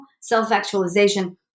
self-actualization